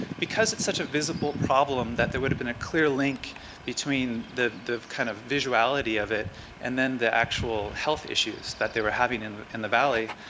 because it's such a visible problem, that there would have been a clear link between the the kind of visuality of it and then the actual health issues that they were having in in the valley.